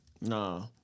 Nah